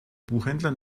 buchhändler